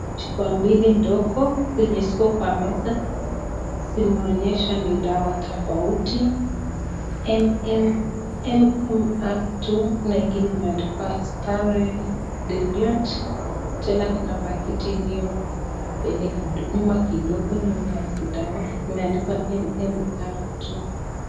Chupa mbili ndogo zenye ziko kwa meza. Zimeonyesha ni dawa tofauti MMR II na ingine imeandikwa Sterile Diluent. Tena kuna pakiti ilio nyuma kidogo nyuma ya hizi dawa imeandikwa MMR II.